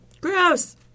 Gross